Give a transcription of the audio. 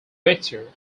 victor